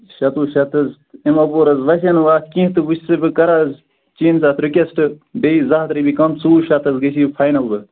شتوُہ شیٚتھ حظ تَمہِ اَپور حظ وسہِ ہے نہٕ بہٕ اَتھ کیٚنٛہہ تہٕ وۅنۍ چھُسے بہٕ کَران چأنۍ اَکھ رِیُکویسٹ بیٚیہِ زٕ ہَتھ رۅپیہِ کَم ژووُن شیٚتھ حظ گژھِ فاینَل وۅنۍ